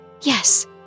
Yes